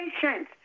patience